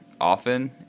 often